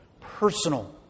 personal